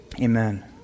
Amen